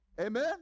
Amen